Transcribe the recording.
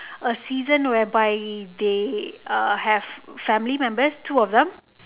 a season whereby they uh have family members two of them